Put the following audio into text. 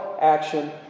action